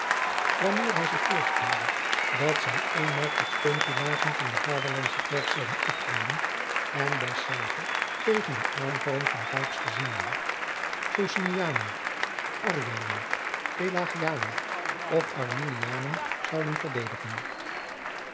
wanneer hij zich voorstelde dat zij eenmaal tot steunpilaren van de vaderlandsche kerk zouden opgroeien en dezelve tegen de aanvallen van paapsgezinden socinianen arrianen pelagianen of arminianen zouden verdedigen